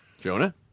Jonah